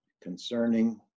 concerning